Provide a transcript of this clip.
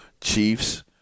Chiefs